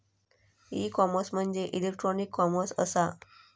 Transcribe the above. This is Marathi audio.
ई कॉमर्स म्हणजे इलेक्ट्रॉनिक कॉमर्स असा